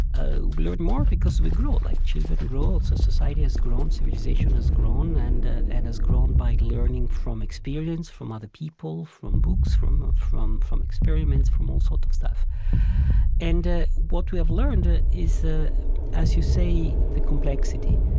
ah learn more because we grow. like children grow, so society has grown, civilization has grown and ah and has grown by learning from experience, from other people, from books, from ah from experiments, from all sorts of stuff and what we have learned ah is, as you say, the complexity.